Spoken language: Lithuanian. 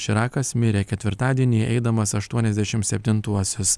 širakas mirė ketvirtadienį eidamas aštuoniasdešim septintuosius